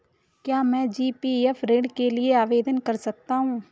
क्या मैं जी.पी.एफ ऋण के लिए आवेदन कर सकता हूँ?